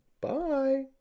Bye